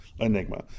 Enigma